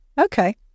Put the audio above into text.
Okay